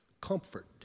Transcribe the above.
comfort